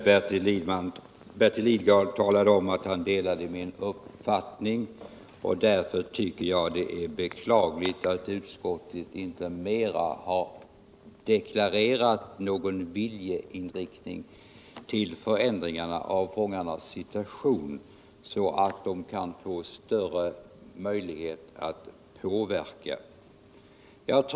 Herr talman! Bertil Lidgard talade om att han delade min uppfattning. Därför tycker jag att det är beklagligt att utskottet inte mera har deklarerat någon viljeinriktning till förändring av fångarnas situation, så att dessa kan få större möjlighet att påverka.